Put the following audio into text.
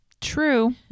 True